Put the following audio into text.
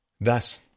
Thus